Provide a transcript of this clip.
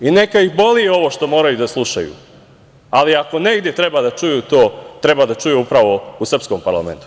I neka ih boli ovo što moraju da slušaju, ali ako negde treba da čuju to, treba da čuju upravo u srpskom parlamentu.